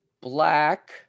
black